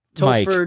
Mike